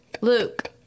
Luke